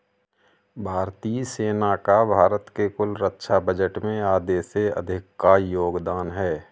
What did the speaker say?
भारतीय सेना का भारत के कुल रक्षा बजट में आधे से अधिक का योगदान है